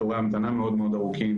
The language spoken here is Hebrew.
תורי המתנה מאוד מאוד ארוכים.